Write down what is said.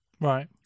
Right